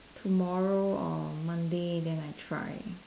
tomorrow or Monday then I try